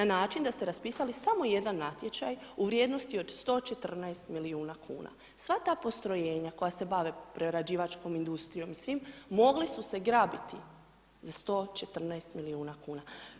Na način da ste raspisali samo jedan natječaj u vrijednosti od 114 milijuna kuna, sva ta postrojenja koja se bave prerađivačkom industrijom i svim, mogli su se grabiti za 114 milijuna kuna.